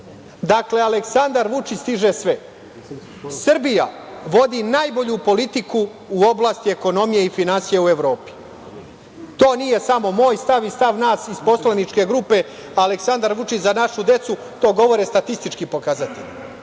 Dakle, Aleksandar Vučić stiže sve. Srbija vodi najbolju politiku u oblasti ekonomije i finansija u Evropi. To nije samo moj stav i stav nas iz poslaničke grupe Aleksandar Vučić – Za našu decu, to govore statistički pokazatelji. Što